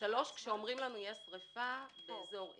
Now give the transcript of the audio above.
כשאומרים לנו: יש שריפה באזור X,